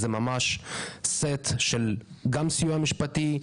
זה ממש סט של גם סיוע משפטי,